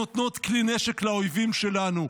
נותנות כלי נשק לאויבים שלנו.